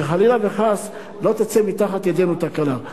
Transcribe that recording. שחלילה וחס לא תצא מתחת ידינו תקלה.